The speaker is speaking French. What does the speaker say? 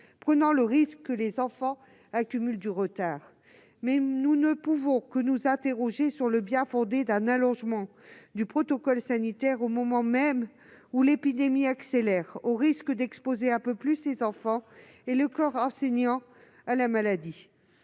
prend le risque que les enfants accumulent du retard. Mais nous ne pouvons que nous interroger sur le bien-fondé d'un allégement du protocole sanitaire au moment même où l'épidémie accélère, au risque d'exposer un peu plus les enfants et le corps enseignant à la maladie.